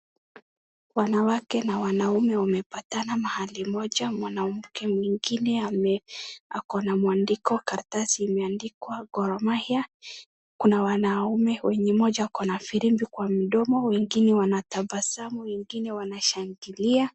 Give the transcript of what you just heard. Wanawake na wanaume wamepatana mahali moja mwanamke mwingine ako na mwandiko karatasi imeandikwa Gor Mahia. Kuna wanaume mwenye mmoja ako na firimbi kwa mdomo wengine wanatabasamu wengine wanashangilia.